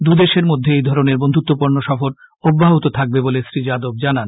দুই দেশের মধ্যে এই ধরনের বন্ধুত্বপূর্ণ সফর অব্যাহত থাকবে বলে শ্রী যাদব জানান